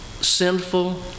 sinful